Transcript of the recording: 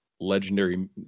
legendary